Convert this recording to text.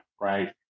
right